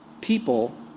people